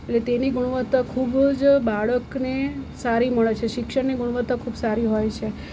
એટલે તેની ગુણવત્તા ખૂબ જ બાળકને સારી મળે છે શિક્ષણની ગુણવત્તા ખૂબ સારી હોય છે